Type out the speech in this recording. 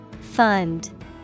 Fund